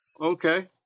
Okay